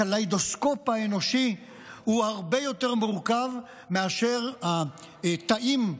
הקליידוסקופ האנושי הוא הרבה יותר מורכב מאשר התאים,